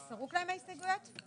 זה סרוק להם, ההסתייגויות?